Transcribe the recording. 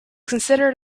considered